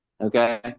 Okay